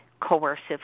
coercive